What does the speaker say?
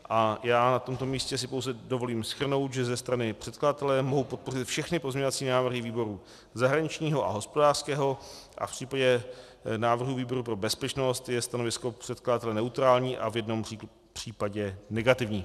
Já si na tomto místě pouze dovolím shrnout, že ze strany předkladatele mohou podpořit všechny pozměňovací návrhy výboru zahraničního a hospodářského a v případě návrhů výboru pro bezpečnost je stanovisko předkladatele neutrální a v jednom případě negativní.